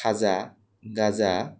খাজা গাজা